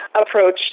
approach